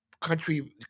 Country